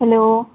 hello